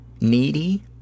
needy